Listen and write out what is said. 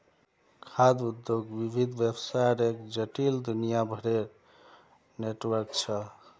खाद्य उद्योग विविध व्यवसायर एक जटिल, दुनियाभरेर नेटवर्क छ